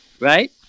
right